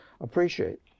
appreciate